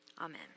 Amen